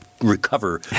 recover